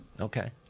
Okay